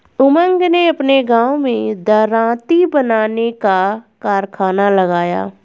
उमंग ने अपने गांव में दरांती बनाने का कारखाना लगाया